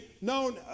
known